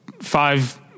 five